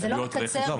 וזה לא מקצר --- לא,